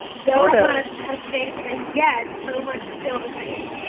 so and much has changed and yet so much still the same